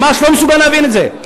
ממש לא מסוגל להבין את זה.